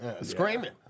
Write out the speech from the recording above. Screaming